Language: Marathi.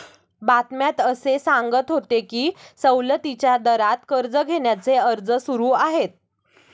बातम्यात असे सांगत होते की सवलतीच्या दरात कर्ज घेण्याचे अर्ज सुरू आहेत